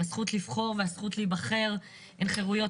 הזכות לבחור והזכות להיבחר הן חרויות